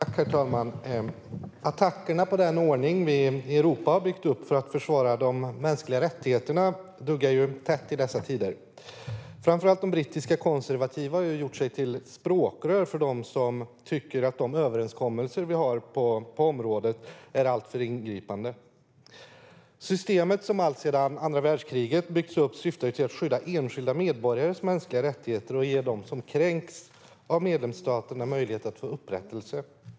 Herr talman! Attackerna på den ordning vi i Europa har byggt för att försvara de mänskliga rättigheterna duggar tätt i dessa tider. Framför allt de brittiska konservativa har gjort sig till språkrör för dem som tycker att de överenskommelser vi har på området är alltför ingripande. Systemet som alltsedan andra världskriget byggts upp syftar till att skydda enskilda medborgares mänskliga rättigheter och ge dem som kränks av medlemsstaterna möjlighet att få upprättelse.